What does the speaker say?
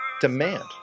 demand